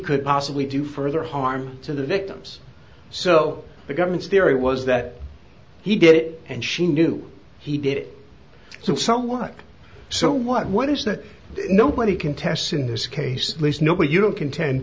could possibly do further harm to the victims so the government's theory was that he did it and she knew he did it so somewhat so what what is that nobody contests in this case least nobody you don't conten